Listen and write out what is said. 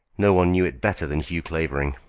no one knew it better than hugh clavering.